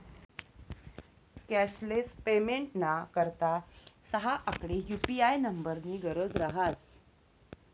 cashless पेमेंटना करता सहा आकडी यु.पी.आय नम्बरनी गरज रहास